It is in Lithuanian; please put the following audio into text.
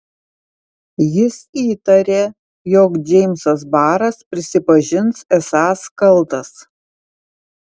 jis įtarė jog džeimsas baras prisipažins esąs kaltas